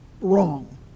wrong